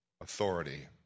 authority